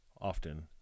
often